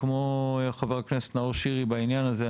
כמו חה"כ נאור שירי בעניין הזה,